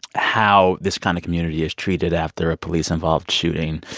how this kind of community is treated after a police-involved shooting.